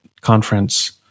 conference